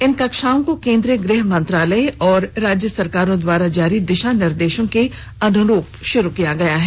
इन कक्षाओं को केंद्रीय गृह मंत्रालय और राज्य सरकारों द्वारा जारी दिशा निर्देशों के अनुरूप शुरू किया गया है